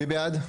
מי בעד?